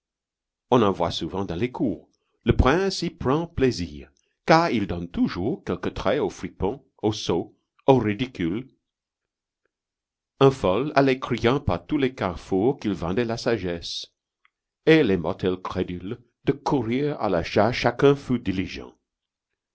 on en voit souvent dans les cours le prince y prend plaisir car ils donnent toujours quelque trait aux fripons aux sots aux ridicules un fol allait criant par tous les carrefours qu'il vendait la sagesse et les mortels crédules de courir à l'achat chacun fut diligent